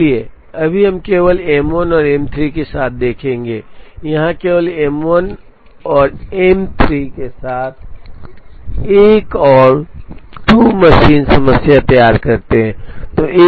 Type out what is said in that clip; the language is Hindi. इसलिए अभी हम केवल M1 और M3 के साथ देखेंगे यहाँ केवल M1 और M3 के साथ एक और 2 मशीन समस्या तैयार करते हैं